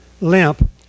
limp